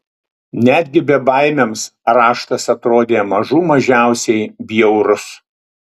netgi bebaimiams raštas atrodė mažų mažiausiai bjaurus